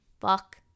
fuck